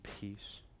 peace